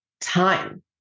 time